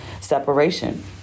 separation